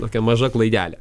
tokia maža klaidelė